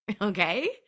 Okay